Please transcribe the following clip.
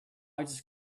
just